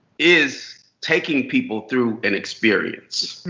is taking people through an experience.